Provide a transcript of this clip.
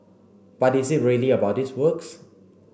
but is it really about these works